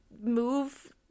move